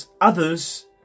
others